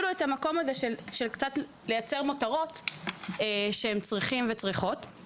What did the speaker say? הם צריכים דמי כיס.